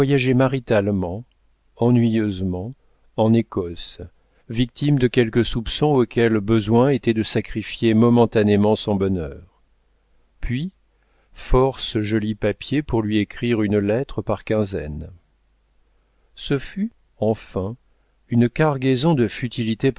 maritalement ennuyeusement en écosse victime de quelques soupçons auxquels besoin était de sacrifier momentanément son bonheur puis force joli papier pour lui écrire une lettre par quinzaine ce fut enfin une cargaison de